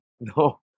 No